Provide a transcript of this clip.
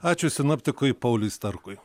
ačiū sinoptikui pauliui starkui